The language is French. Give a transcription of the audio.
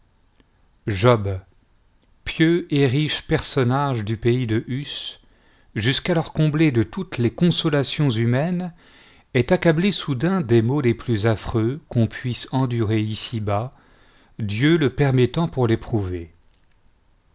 job pieux et riche personnage du pays de hus jusqu'alors comblé de toutes les consolations humaines est accablé soudain des maux les plus affreux qu'on puisse endurer ici-bas dieu le permettant pour l'éprouver